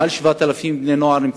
יותר מ-7,000 בני נוער.